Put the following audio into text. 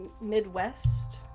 Midwest